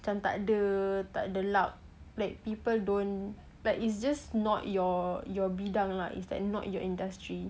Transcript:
macam tak ada tak ada luck like people don't like it's just not your bidang lah it's not your industry